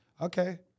Okay